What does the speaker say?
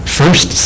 first